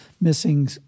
missing